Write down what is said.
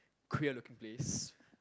queer looking place